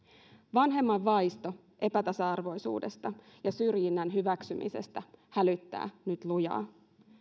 vanhemman vaisto epätasa arvoisuudesta ja syrjinnän hyväksymisestä hälyttää nyt lujaa